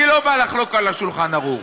אני לא בא לחלוק על ה"שולחן ערוך".